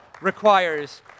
requires